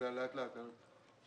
את